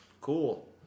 Cool